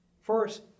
First